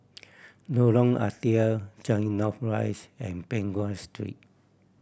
Lorong Ah Thia Changi North Rise and Peng Nguan Street